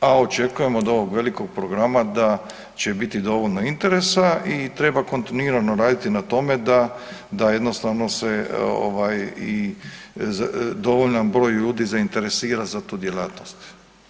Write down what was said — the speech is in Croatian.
a očekujemo od ovog velikog programa da će biti dovoljno interesa i treba kontinuirano raditi na tome da jednostavno se ovaj i, dovoljan broj ljudi zainteresira za tu djelatnost.